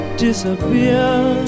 disappear